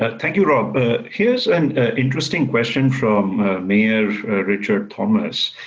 ah thank you, rob. but here's an interesting question from mayor richard thomas